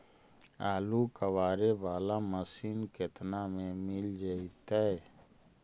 आलू कबाड़े बाला मशीन केतना में मिल जइतै?